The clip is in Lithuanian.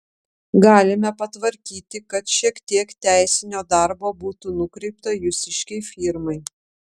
galime patvarkyti kad šiek tiek teisinio darbo būtų nukreipta jūsiškei firmai